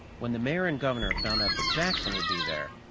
when the mayor and governor found out that jackson would be there,